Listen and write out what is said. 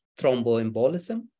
thromboembolism